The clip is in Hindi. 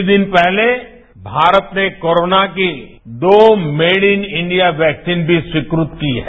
कुछ ही दिन पहले भारत ने कोरोना की दो मेड इन इंडिया वैक्सीन भी स्वीकृत की हैं